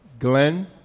Glenn